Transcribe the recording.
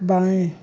बाएँ